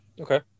okay